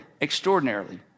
extraordinarily